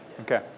Okay